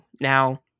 Now